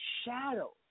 shadow